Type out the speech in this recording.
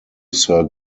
sir